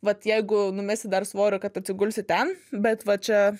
vat jeigu numesi dar svorio kad atsigulsi ten bet va čia